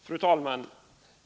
Fru talman!